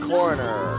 Corner